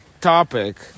topic